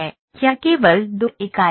क्या केवल दो इकाइयाँ हैं